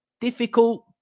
Difficult